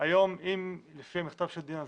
אם היום לפי המכתב של דינה זילבר,